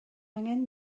angen